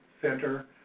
center